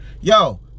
Yo